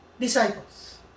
disciples